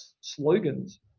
slogans